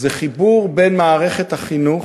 זה חיבור בין מערכת החינוך,